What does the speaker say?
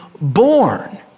born